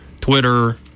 Twitter